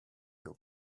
your